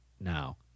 Now